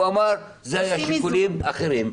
הוא אמר שזה היה שיקולים אחרים,